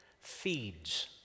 feeds